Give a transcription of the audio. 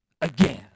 again